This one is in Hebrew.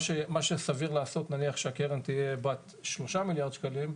מה שסביר לעשות נניח כשהקרן תהיה בת 3 מיליארד שקלים,